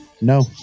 No